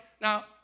Now